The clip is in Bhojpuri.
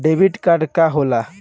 डेबिट कार्ड का होला?